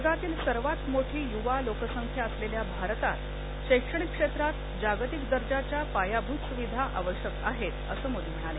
जगातील सर्वात मोठी युवा लोकसंख्या असलेल्या भारतात शैक्षणिक क्षेत्रात जागतिक दर्जाच्या पायाभूत सुविधा आवश्यक आहेत असं मोदी म्हणाले